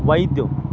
వైద్యం